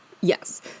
Yes